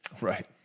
Right